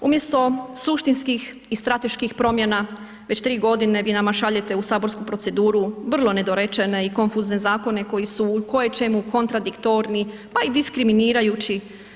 Umjesto suštinskih i strateških promjena već 3 g. vi nama šaljete u saborsku proceduru vrlo nedorečene i konfuzne zakone koji su u koječemu kontradiktorni pa i diskriminirajući.